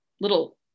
little